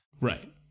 right